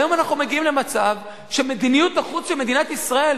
והיום אנחנו מגיעים למצב שמדיניות החוץ של מדינת ישראל